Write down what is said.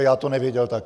Já to nevěděl taky.